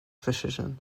precision